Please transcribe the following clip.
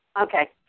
Okay